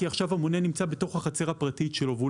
כי עכשיו המונה נמצא בתוך החצר הפרטית שלו והוא